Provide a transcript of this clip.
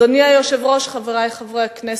אדוני היושב-ראש, חברי חברי הכנסת,